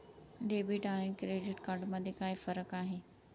Debit आणि credit card मध्ये काय फरक आहे?